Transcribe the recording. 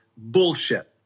Bullshit